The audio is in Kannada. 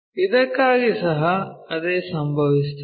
ಇದಕ್ಕಾಗಿ ಸಹ ಅದೇ ಸಂಭವಿಸುತ್ತದೆ